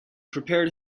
prepared